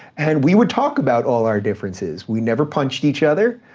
and we would talk about all our differences. we never punched each other.